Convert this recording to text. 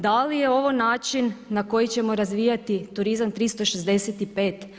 Da li je ovo način na koji ćemo razvijati turizam 365?